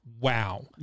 wow